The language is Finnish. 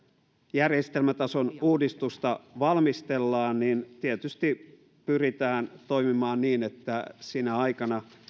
järjestelmätason uudistusta valmistellaan tietysti pyritään toimimaan niin että sinä aikana